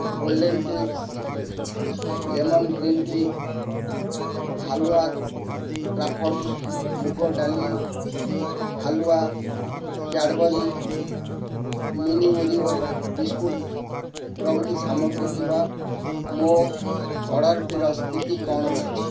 golden tips lemon green tea halwa Kraft ମୁଗଡ଼ାଲି halwa Cadbury mini Oreo biscuit ପ୍ରଭୃତି ସାମଗ୍ରୀ ଥିବା ମୋ ଅର୍ଡ଼ର୍ଟିର ସ୍ଥିତି କ'ଣ ରହିଛି